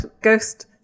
ghost